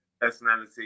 Personality